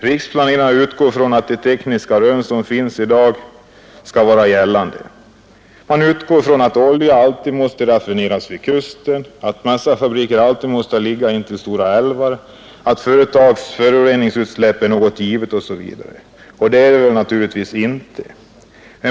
Riksplanerarna utgår ifrån de tekniska rön som finns i dag. De utgår ifrån att olja alltid måste raffineras vid kusten, att massafabriker alltid måste ligga intill stora älvar, att företags föroreningsutsläpp är något givet, osv. Så är det naturligtvis inte.